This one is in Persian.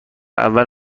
اول